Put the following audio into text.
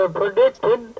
predicted